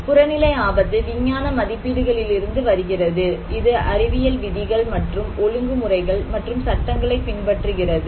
புறநிலை ஆபத்து விஞ்ஞான மதிப்பீடுகளிலிருந்து வருகிறது இது அறிவியல் விதிகள் மற்றும் ஒழுங்குமுறைகள் மற்றும் சட்டங்களைப் பின்பற்றுகிறது